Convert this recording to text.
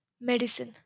Medicine